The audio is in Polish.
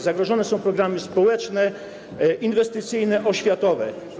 Zagrożone są programy społeczne, inwestycyjne, oświatowe.